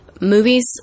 movies